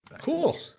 Cool